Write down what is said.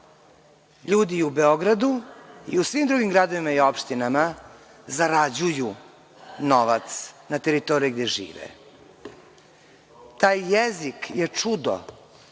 Ljudi u Beogradu i u svim drugim gradovima i opštinama zarađuju novac na teritoriji gde žive. Taj jezik je čudo